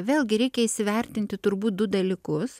vėlgi reikia įsivertinti turbūt du dalykus